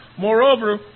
Moreover